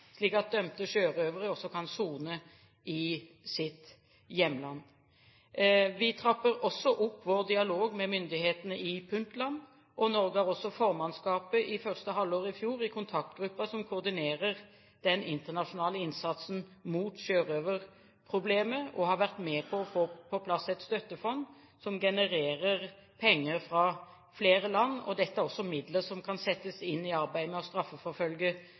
slik at dømte sjørøvere også kan sone i sitt hjemland. Vi trapper også opp vår dialog med myndighetene i Puntland. Norge hadde også formannskapet i første halvår i fjor i kontaktgruppen som koordinerer den internasjonale innsatsen mot sjørøverproblemet og har vært med å få på plass et støttefond som genererer penger fra flere land. Dette er også midler som kan settes inn i arbeidet med å straffeforfølge